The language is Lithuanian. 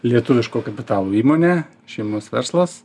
lietuviško kapitalo įmonė šeimos verslas